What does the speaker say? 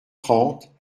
trente